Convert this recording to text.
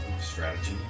strategy